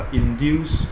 induce